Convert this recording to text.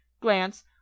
glance